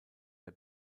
der